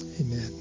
Amen